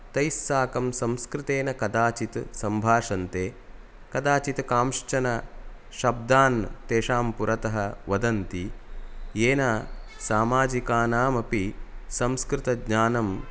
तैः साकं संस्कृतेन कदाचित् सम्भाषन्ते कदाचित् कांश्चन शब्दान् तेषां पुरतः वदन्ति येन सामाजिकानामपि संस्कृतज्ञानं